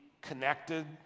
connected